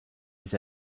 his